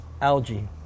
algae